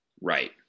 Right